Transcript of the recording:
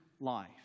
life